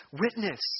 Witness